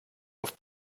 auf